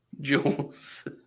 Jules